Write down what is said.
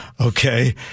Okay